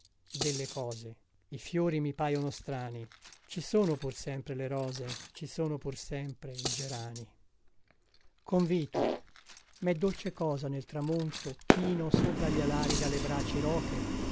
delle cose i fiori mi paiono strani ci sono pur sempre le rose ci sono pur sempre i gerani questo testo è stato riletto e controllato convito i mè dolce cosa nel tramonto chino sopra gli alari dalle braci roche